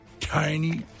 Tiny